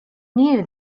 knew